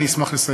אני אשמח לסייע.